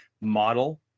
model